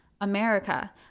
America